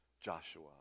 Joshua